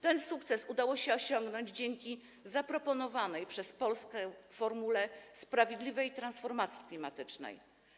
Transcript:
Ten sukces udało się osiągnąć dzięki zaproponowanej przez Polskę formule sprawiedliwej transformacji klimatycznej.